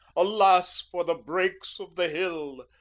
alas for the brakes of the hill,